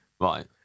Right